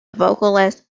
vocalist